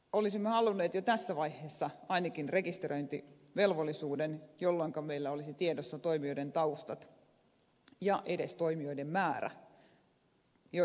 olisimme halunneet jo tässä vaiheessa ainakin rekisteröintivelvollisuuden jolloinka meillä olisi tiedossa toimijoiden taustat ja edes niiden toimijoiden määrä jotka suomen markkinoilla näitä lainoja tarjoavat